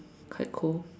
quite cool